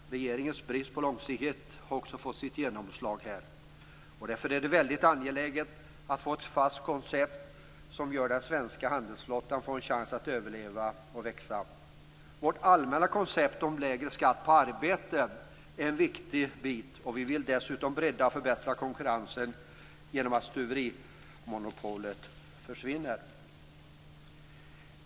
Regeringens brist på långsiktighet får också sitt genomslag här. Därför är det väldigt angeläget att få ett fast koncept som gör att svenska handelsflottan får en chans att överleva och växa. Vårt allmänna koncept om lägre skatt på arbete är en viktig bit, och vi vill dessutom bredda och förbättra konkurrensen genom att stuverimonopolet försvinner.